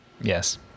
Yes